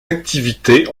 activités